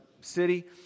city